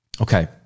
Okay